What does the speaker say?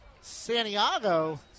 Santiago